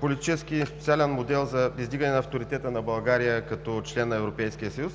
политически и социален модел за издигане авторитета на България като член на Европейския съюз.